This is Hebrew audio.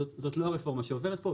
זה לא הרפורמה שעוברת פה,